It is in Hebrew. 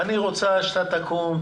אני רוצה שתקום,